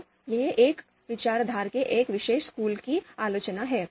तो यह एक विचारधारा के इस विशेष स्कूल की आलोचना है